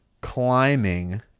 climbing